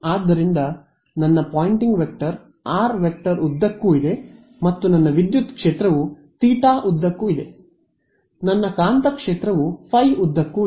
ಆದ್ದರಿಂದ ನನ್ನ Poynting vector rˆ ಉದ್ದಕ್ಕೂ ಇದೆ ಮತ್ತು ನನ್ನ ವಿದ್ಯುತ್ ಕ್ಷೇತ್ರವು ಥೀಟಾ ಉದ್ದಕ್ಕೂ ಇದೆ ನನ್ನ ಕಾಂತಕ್ಷೇತ್ರವು ಫೈ ಉದ್ದಕ್ಕೂ ಇದೆ